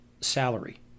salary